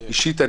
אישית,